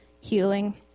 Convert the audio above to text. healing